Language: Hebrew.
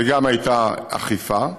וגם הייתה אכיפה,